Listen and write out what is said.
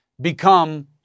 become